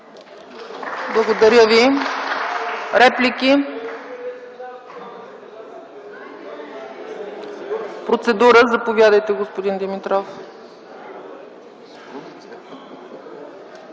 Благодаря Ви. Реплики? За процедура – заповядайте, господин Димитров.